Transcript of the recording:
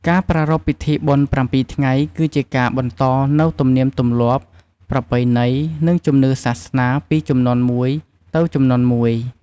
ការប្រារព្ធពិធីបុណ្យប្រាំពីរថ្ងៃ គឺជាការបន្តនូវ ទំនៀមទម្លាប់ ប្រពៃណី និងជំនឿសាសនា ពីជំនាន់មួយទៅមួយជំនាន់។